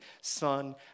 son